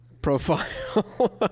profile